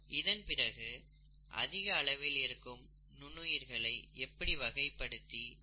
இதன் பிறகு அதிக அளவில் இருக்கும் நுண்ணுயிர்களை எப்படி வகைபடுத்தி அதை புரிவது என்று பார்த்தோம்